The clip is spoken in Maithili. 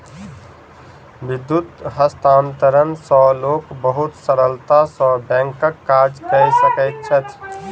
विद्युत हस्तांतरण सॅ लोक बहुत सरलता सॅ बैंकक काज कय सकैत अछि